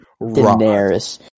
Daenerys